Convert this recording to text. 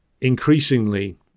increasingly